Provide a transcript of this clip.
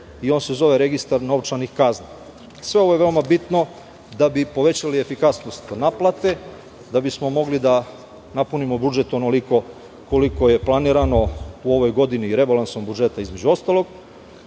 i on se zove registar novčanih kazni. Sve ovo je veoma bitno da bi povećali efikasnost naplate, da bismo mogli da napunimo budžet onoliko koliko je planirano u ovoj godini rebalansom budžeta između ostalog. Takođe,